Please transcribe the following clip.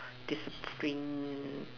discipline